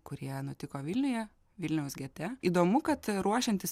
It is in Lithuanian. kurie nutiko vilniuje vilniaus gete įdomu kad ruošiantis